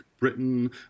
Britain